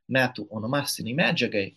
metų onomastinei medžiagai